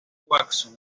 watson